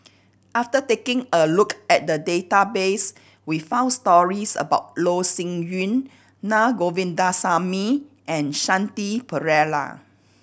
after taking a look at the database we found stories about Loh Sin Yun Na Govindasamy and Shanti Pereira